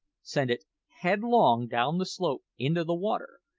sending it headlong down the slope into the water,